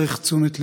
צריך תשומת לב.